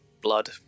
blood